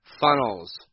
Funnels